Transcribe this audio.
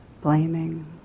blaming